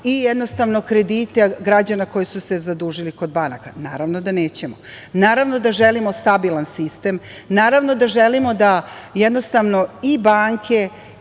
i, jednostavno, kredite građana koji su se zadužili kod banaka? Naravno da nećemo. Naravno da želimo stabilan sistem, naravno da želimo da jednostavno i banke